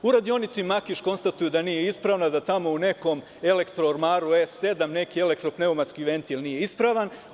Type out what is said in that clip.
U radionici Makiš konstatuju da nije ispravna, da tamo u nekom elektro ormaru E7, neki elektro pneumatski ventil nije ispravan.